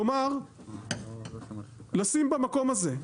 כלומר לשים במקום הזה,